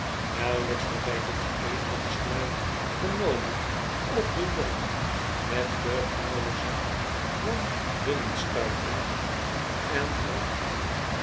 nauwelijks had hij dit edele besluit genomen of de jongen met den blauwen zak kwam binnenstuiven en bracht